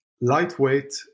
lightweight